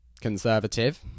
conservative